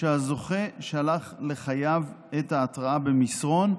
שהזוכה שלח לחייב את ההתראה במסרון,